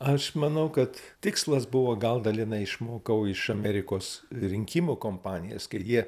aš manau kad tikslas buvo gal dalinai išmokau iš amerikos rinkimų kampanijas kai jie